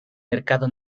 mercado